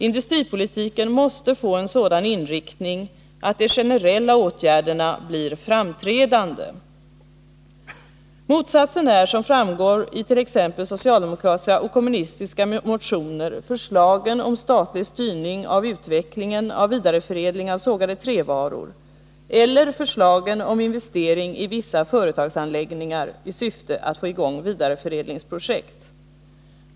Industripolitiken måste få en sådan inriktning att de generella åtgärderna blir framträdande. Motsatsen är, som framgår i t.ex. socialdemokratiska och kommunistiska motioner, förslagen om statlig styrning av utvecklingen av vidareförädling av sågade trävaror eller förslagen om investering i vissa företagsanläggningar i syfte att få i gång vidareförädlingsprojekt.